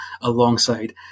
alongside